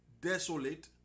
desolate